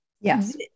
Yes